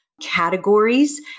categories